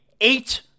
eight